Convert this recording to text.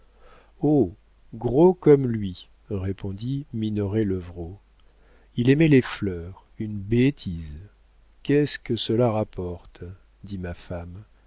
gros comme lui répondit minoret levrault il aimait les fleurs une bêtise qu'est-ce que cela rapporte dit ma femme